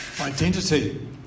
identity